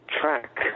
track